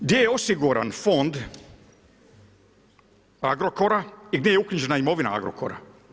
Gdje je osiguran fond Agrokora i gdje je uknjižbena imovina Agrokora?